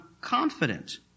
confident